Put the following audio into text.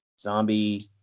Zombie